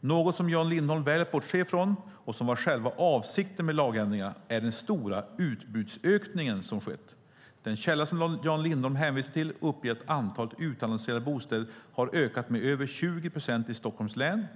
Något som Jan Lindholm väljer att bortse ifrån, och som var själva avsikten med lagändringarna, är den stora utbudsökningen som skett. Den källa som Jan Lindholm hänvisar till uppger att antalet utannonserade bostäder har ökat med över 20 procent i Stockholms län.